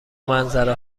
منظره